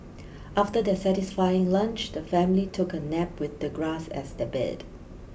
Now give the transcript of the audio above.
after their satisfying lunch the family took a nap with the grass as their bed